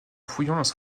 fouillant